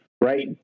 right